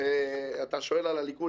ואתה שואל על הליכוד,